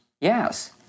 Yes